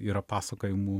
yra pasakojimų